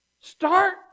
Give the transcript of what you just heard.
Start